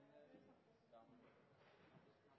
EØS-avtalen. Det er utfordringer med